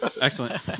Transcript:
Excellent